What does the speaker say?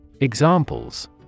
Examples